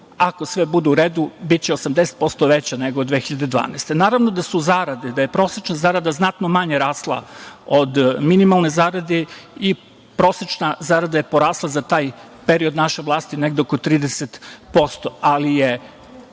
ako sve bude u redu, biće 80% veća nego 2012. godine. Naravno da je prosečna zarada znatno manja rasla od minimalne zarade i prosečna zarada je porasla za taj period naše vlasti negde oko 30%, ali je